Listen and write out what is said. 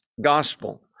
gospel